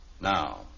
Now